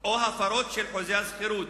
או הפרת חוזה השכירות,